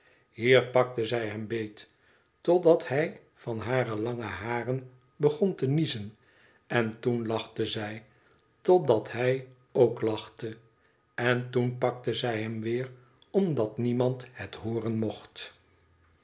hier pakte zij hem beet totdat hij van hare lange haren begon te niezen en toen lachte zij totdat hij ook lachte en toen pakte zij hem weer opdat niemand het hooren mocht